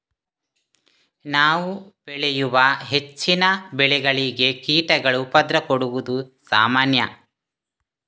ನಾವು ಬೆಳೆಯುವ ಹೆಚ್ಚಿನ ಬೆಳೆಗಳಿಗೆ ಕೀಟಗಳು ಉಪದ್ರ ಕೊಡುದು ಸಾಮಾನ್ಯ